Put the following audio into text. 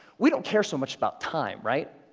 we don't care so much about time, right?